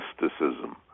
mysticism